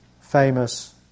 famous